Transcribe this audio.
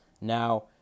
Now